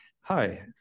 Hi